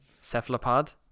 cephalopod